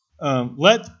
let